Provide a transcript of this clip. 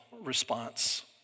response